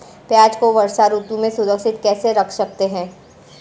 प्याज़ को वर्षा ऋतु में सुरक्षित कैसे रख सकते हैं?